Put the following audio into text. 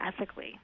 ethically